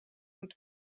und